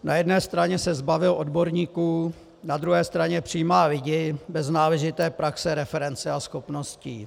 Na jedné straně se zbavil odborníků, na druhé straně přijímá lidi bez náležité praxe, reference a schopností.